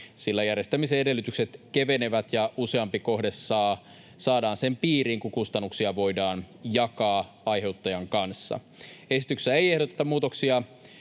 sillä järjestämisen edellytykset kevenevät ja useampi kohde saadaan sen piiriin, kun kustannuksia voidaan jakaa aiheuttajan kanssa. Esityksessä ei ehdoteta muutoksia